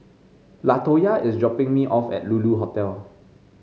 Latoyia is dropping me off at Lulu Hotel